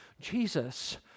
Jesus